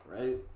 right